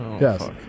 Yes